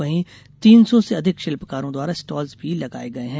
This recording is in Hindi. वहीं तीन सौ से अधिक शिल्पकारों द्वारा स्टाल्स भी लगाये गये हैं